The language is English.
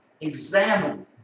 Examine